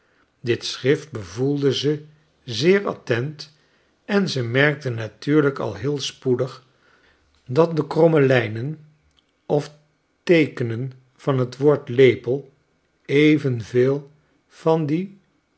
dit schrift bevoelde ze zeer attent en ze merkte natuurlijk al heel spoedig dat dekromme hjnen of teekenen van t woord lepel evenveel van die